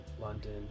london